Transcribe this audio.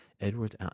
Edwards